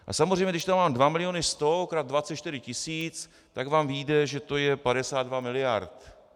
A samozřejmě když tam mám 2 miliony 100 krát 24 tisíc, tak vám vyjde, že to je 52 miliard.